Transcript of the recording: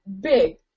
Big